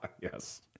Yes